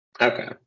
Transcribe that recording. Okay